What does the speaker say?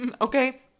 okay